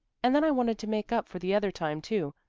and then i wanted to make up for the other time too.